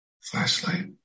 Flashlight